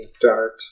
Dart